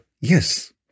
yes